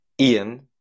Ian